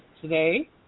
today